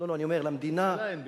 לממשלה אין פתרון.